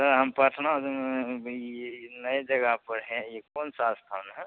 sir हम पटना से भाई यह नई जगह पर हैं यह कौन सा स्थान है